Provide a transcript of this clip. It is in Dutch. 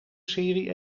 serie